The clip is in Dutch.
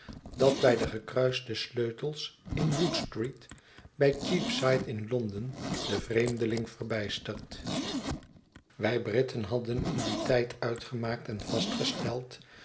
dat bij degekruiste sleutelsin wood street bij cheapside in londen den vreemdeling verbijstert wij britten hadden in dien tijd uitgemaakt en vastgesteld